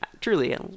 truly